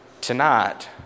Tonight